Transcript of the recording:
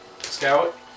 Scout